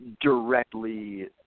directly